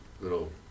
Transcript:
little